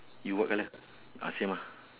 you what colour uh same ah